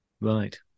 Right